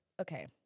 okay